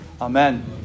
Amen